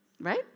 Right